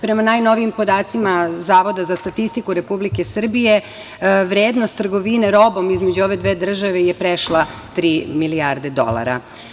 Prema najnovijim podacima Zavoda za statistiku Republike Srbije, vrednost trgovine robom između ove dve države je prešla tri milijarde dolara.